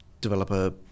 developer